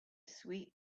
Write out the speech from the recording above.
sweet